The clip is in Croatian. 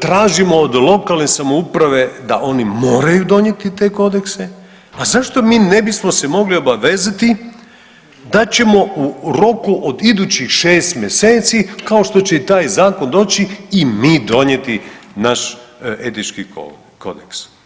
tražimo od lokalne samouprave da oni moraju donijeti te kodekse, a zašto mi ne bismo se mogli obavezati da ćemo u roku od idućih 6 mjeseci kao što će i taj zakon doći i mi donijeti naš etički kodeks?